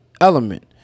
element